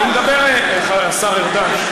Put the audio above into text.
השר ארדן,